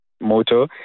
motor